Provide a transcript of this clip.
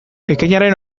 ekainaren